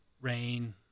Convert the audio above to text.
rain